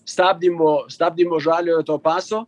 stabdymo stabdymo žaliojo to paso